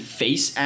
face